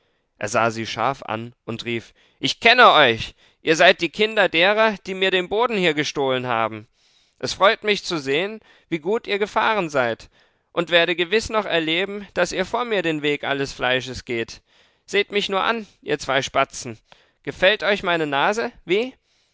er sah sie scharf an und rief ich kenne euch ihr seid die kinder derer die mir den boden hier gestohlen haben es freut mich zu sehen wie gut ihr gefahren seid und werde gewiß noch erleben daß ihr vor mir den weg alles fleisches geht seht mich nur an ihr zwei spatzen gefällt euch meine nase wie